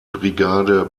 brigade